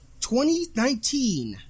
2019